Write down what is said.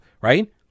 right